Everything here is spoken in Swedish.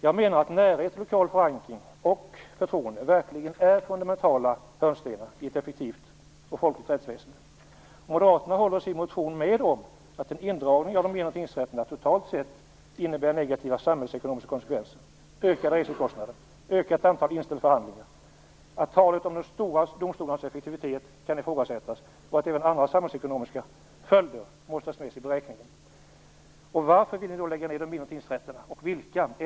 Jag menar att närhet, lokal förankring och förtroende verkligen är fundamentala hörnstenar i ett effektivt och folkligt rättsväsende. I sin motion håller Moderaterna med om att en indragning av de mindre tingsrätterna totalt sett innebär negativa samhällsekonomiska konsekvenser, ökade resekostnader, ökat antal inställda förhandlingar, att talet om de stora domstolarnas effektivitet kan ifrågasättas och att även andra samhällsekonomiska följder måste tas med i beräkningen. Varför vill ni lägga ned de mindre tingsrätterna, och vilka är de?